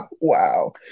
Wow